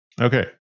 Okay